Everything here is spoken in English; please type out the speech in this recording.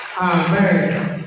Amen